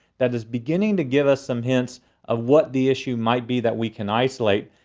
that is beginning to give us some hints of what the issues might be that we can isolate.